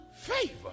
favor